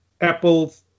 Apple's